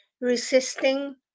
resisting